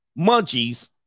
munchies